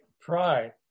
pride